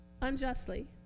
Unjustly